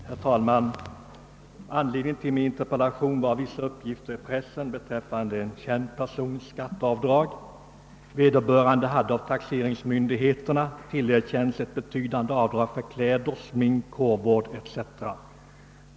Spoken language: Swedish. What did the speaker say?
Herr talman! Anledningen till min interpellation var vissa uppgifter i pressen beträffande en känd persons skatteavdrag. Vederbörande hade av taxeringsmyndigheterna tillerkänts ett betydande avdrag för kläder, smink, hårvård etc.